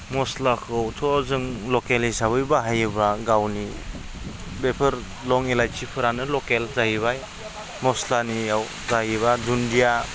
मस्लाखौथ' जों लकेल हिसाबै बाहायोब्ला गावनि बेफोर लं इलायसिफोरानो लकेल जाहैबाय मस्लानियाव जायोबा दुन्दिया